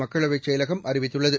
மக்களவைச் செயலகம் அறிவித்துள்ளது